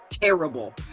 terrible